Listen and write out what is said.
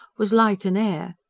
was light and air.